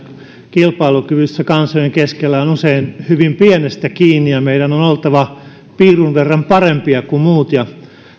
kilpailukyvyssä kansojen keskellä on on usein hyvin pienestä kiinni ja meidän on on oltava piirun verran parempia kuin muut